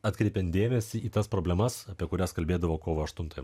atkreipiant dėmesį į tas problemas apie kurias kalbėdavo kovo aštuntąją